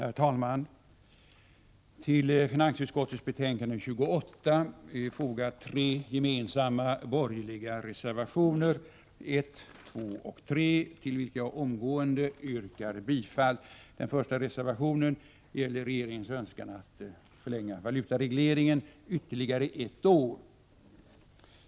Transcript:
Herr talman! Till finansutskottets betänkande 28 är fogade tre reservationer som de borgerliga partierna gemensamt har avgivit, nämligen reservationerna 1, 2 och 3, till vilka jag omgående yrkar bifall. Den första reservationen gäller regeringens önskan att förlänga valutaregleringen med ytterligare ett år.